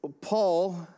Paul